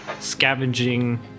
Scavenging